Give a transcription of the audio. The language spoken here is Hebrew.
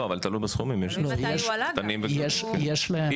לא, אבל תלוי בסכומים, יש קטנים וגדולים.